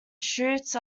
shoots